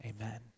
Amen